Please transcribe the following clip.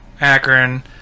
Akron